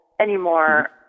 anymore